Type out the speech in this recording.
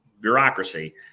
bureaucracy